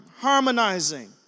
harmonizing